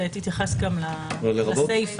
תתייחס גם לסיפא.